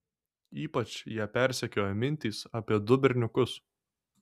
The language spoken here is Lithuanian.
ypač ją persekiojo mintys apie du berniukus